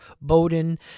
Bowden